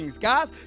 Guys